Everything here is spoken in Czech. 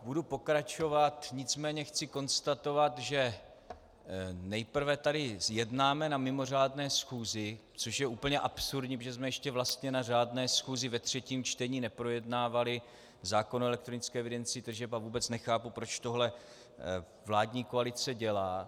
Budu pokračovat, nicméně chci konstatovat, že nejprve tady jednáme na mimořádné schůzi, což je úplně absurdní, protože jsme ještě na žádné schůzi ve třetím čtení neprojednávali zákon o elektronické evidence tržeb a vůbec nechápu, proč tohle vládní koalice dělá.